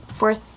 Fourth